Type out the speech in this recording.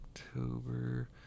October